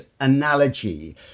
analogy